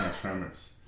Tremors